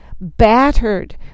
battered